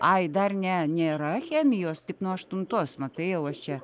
ai dar ne nėra chemijos tik nuo aštuntos matai jau aš čia